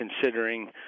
considering